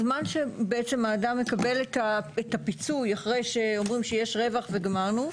אז מה שבעצם האדם מקבל את הפיצוי אחרי שאומרים שיש רווח וגמרנו,